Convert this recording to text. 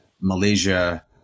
Malaysia